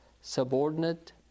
subordinate